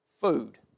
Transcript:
food